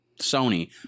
Sony